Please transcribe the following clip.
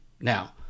Now